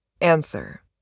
Answer